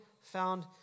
found